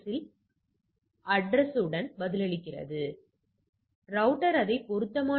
3 உங்கள் சோதனை புள்ளிவிவரம் என்பது 28